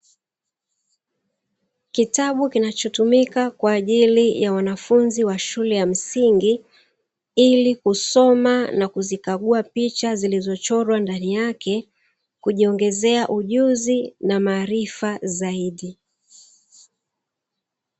Kitabu kinachotumika kwa ajili ya wanafunzi wa shule ya msingi, ili kusoma na kuzikaguwa picha zilizo chorwa ndani yake kujiongezea ujuzi na maarifa zaidi.